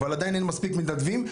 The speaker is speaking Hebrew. אבל עדיין אין מספיק מתנדבים,